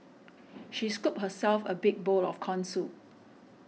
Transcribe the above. she scooped herself a big bowl of Corn Soup